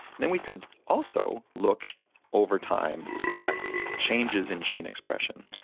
then we could also look over time at changes in gene expression.